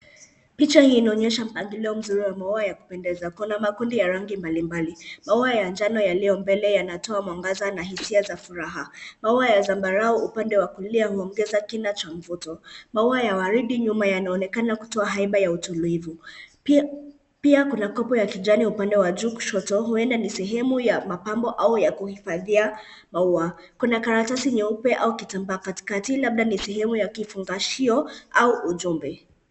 Picha hii inaonyesha mpangilio mzuri wa maua ya kupendeza. Kuna makundi ya rangi mbalimbali. Maua ya njano yaliyo mbele yanatoa mwangaza na hisia za furaha. Maua ya zambarau upande wa kulia huongeza kina cha mvuto. Maua ya ua la waridi nyuma yanaoneakana kutoa haiba ya utulivu. Pia kuna kopo ya kijani upande wa juu kushoto huenda ni sehemu ya mapambo au ya kuhifadhia maua. Kuna karatasi nyeupe au kitambaa katikati labda ni sehemu ya kifungashio au ujumbe.